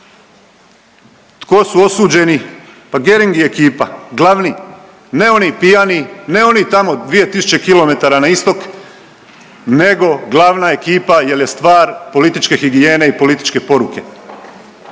Tko su osuđeni? Pa Göring i ekipa, glavni ne oni pijani, ne oni tamo 2000 kilometara na istok nego glavna ekipa jer je stvar političke higijene i političke poruke.